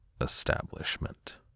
establishment